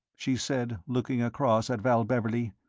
she said, looking across at val beverley.